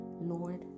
Lord